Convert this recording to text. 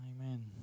Amen